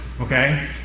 okay